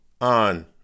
on